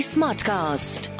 Smartcast